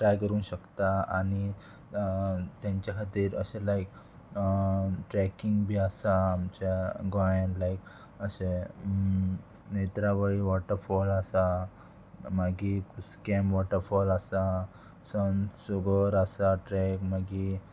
try करूंक शकता आनी तेंच्या खातीर अशें लायक ट्रेकींग बी आसा आमच्या गोंयान लायक अशें नेत्रावळी वॉटरफॉल आसा मागीर कुस्केम वॉटरफॉल आसा सनसोगोर आसा ट्रॅक मागीर